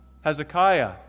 Hezekiah